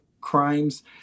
crimes